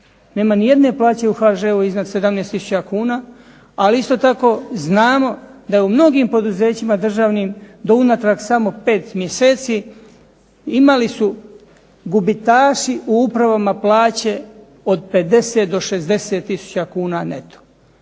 Nema nijedne plaće u HŽ-u iznad 17 tisuća kuna, ali isto tako znamo da u mnogim poduzećima državnim, do unatrag samo pet mjeseci, imali su gubitaši u upravama plaće od 50 do 60 tisuća kuna neto.